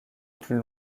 plus